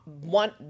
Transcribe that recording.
one